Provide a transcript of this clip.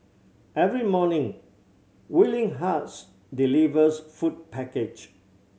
every morning Willing Hearts delivers food package